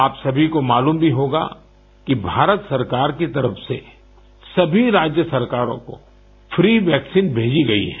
आप सभी को मालूम भी होगा कि भारत सरकार की तरफ से सभी राज्य सरकारों को फ्री वैक्सीसन भेजी गई है